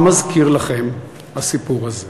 מה מזכיר לכם הסיפור הזה?